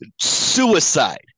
suicide